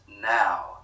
now